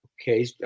Okay